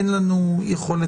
אין בעיה.